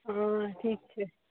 हँ ठीक छै